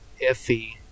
iffy